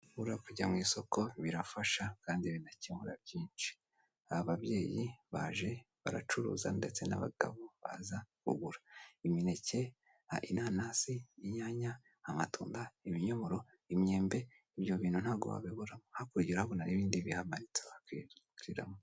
Buriya kujya mu isoko birafasha kandi bigakemura byinshi ababyeyi baje baracuruza ndetse n'abagabo baza kugura. Imineke, hari inanasi, inyanya, amatunda, ibinyomoro, imyembe, ibyo bintu ntago wabibura. hakurya urahabona ibindi biriho wakiguriramo.